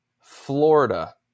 Florida